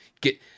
get